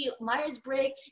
Myers-Briggs